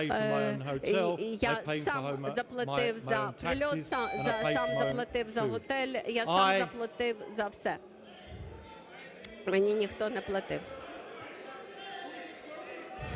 сам заплатив за готель, я сам заплатив за все, мені ніхто не платив.